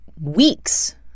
weeks